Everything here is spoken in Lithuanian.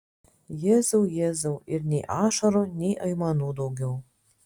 jėzau jėzau ir nei ašarų nei aimanų daugiau